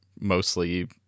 mostly